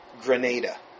Grenada